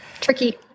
tricky